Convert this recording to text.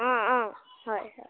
অঁ অঁ হয় হয়